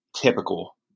typical